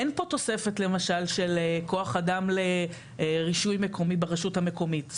אין פה תוספת למשל של כוח אדם לרישוי מקומי ברשות המקומית.